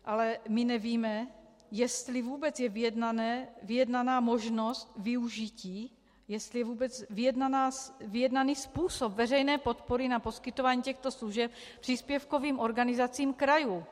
Ale my nevíme, jestli vůbec je vyjednaná možnost využití, jestli je vůbec vyjednaný způsob veřejné podpory na poskytování těchto služeb příspěvkovým organizacím krajů.